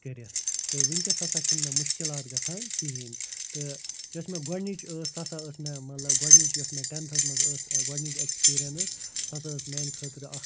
کٔرِتھ تہٕ وُنٛکیٚس ہسا چھِنہٕ مےٚ مشکلات گژھان کِہیٖنۍ تہٕ یۄس مےٚ گۄڈٕنِچۍ ٲسۍ سۄ ہسا ٲسۍ مےٚ مطلب گۄڈٕنِچۍ یۄس مےٚ ٹیٚنتھَس منٛز ٲسۍ ٲں گۄڈٕنِچۍ ایٚکٕسپیٖریَنٕس سۄ ہسا ٲسۍ میٛانہِ خٲطرٕ اَکھ